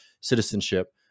citizenship